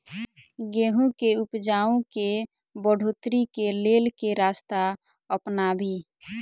गेंहूँ केँ उपजाउ केँ बढ़ोतरी केँ लेल केँ रास्ता अपनाबी?